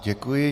Děkuji.